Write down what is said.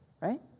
right